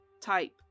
type